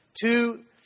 two